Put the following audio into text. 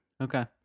Okay